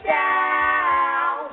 down